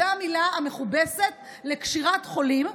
זו המילה המכובסת לקשירת חולים,